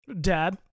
Dad